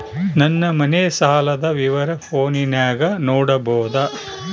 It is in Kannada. ನನ್ನ ಮನೆ ಸಾಲದ ವಿವರ ಫೋನಿನಾಗ ನೋಡಬೊದ?